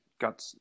got